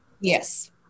Yes